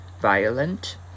violent